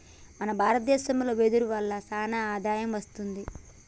మన భారత దేశంలో వెదురు వల్ల సానా ఆదాయం వస్తుంది